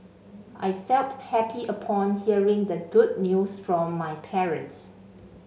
I felt happy upon hearing the good news from my parents